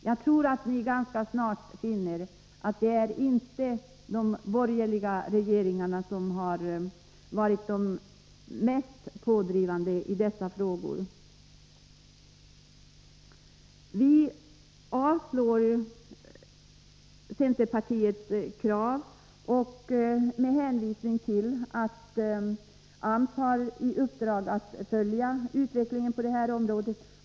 Jag tror att ni ganska snart finner att det inte är de borgerliga regeringarna som varit de mest pådrivande i dessa frågor. Vi avstyrker centerpartiets krav med hänvisning till att AMS har i uppdrag att följa utvecklingen på detta område.